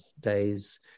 days